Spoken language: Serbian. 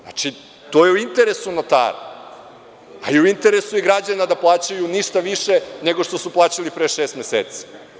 Znači, to je u interesu notara, ali i u interesu i građana da plaćaju ništa više nego što su plaćali pre šest meseci.